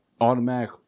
automatic